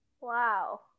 Wow